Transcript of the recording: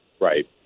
Right